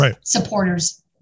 supporters